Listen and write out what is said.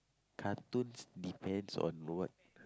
cartoons depends on what